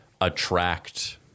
attract